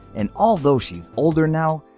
and, although she's older now,